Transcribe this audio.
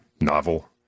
novel